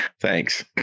Thanks